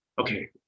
Okay